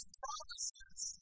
promises